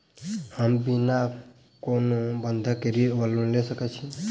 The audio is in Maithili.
हम बिना कोनो बंधक केँ ऋण वा लोन लऽ सकै छी?